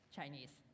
Chinese